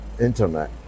internet